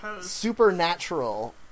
Supernatural